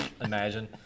Imagine